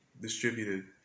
distributed